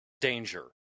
danger